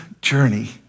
journey